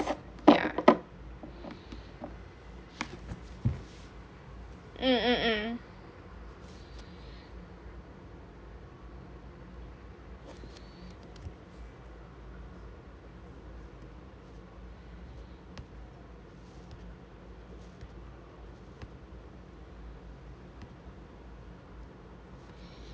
ya mmhmm